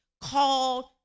called